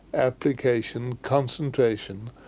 application, concentration,